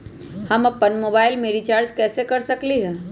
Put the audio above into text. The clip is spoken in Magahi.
हम अपन मोबाइल में रिचार्ज कैसे कर सकली ह?